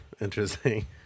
Interesting